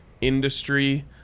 industry